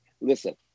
Listen